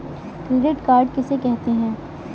Credit card किसे कहते हैं?